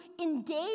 engage